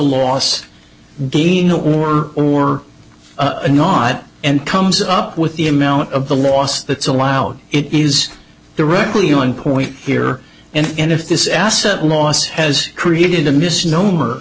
loss gain or or not and comes up with the amount of the loss that's allowed it is directly on point here and if this asset loss has created a misnomer